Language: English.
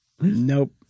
Nope